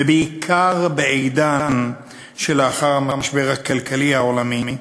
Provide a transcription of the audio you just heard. ובעיקר בעידן שלאחר המשבר הכלכלי העולמי,